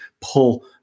pull